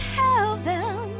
heaven